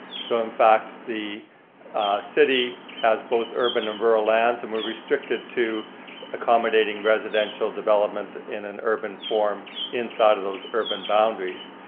so in fact, the city has both urban and rural lands and we're restricted to accommodating residential development in an urban form inside of those urban boundaries.